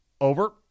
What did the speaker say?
Over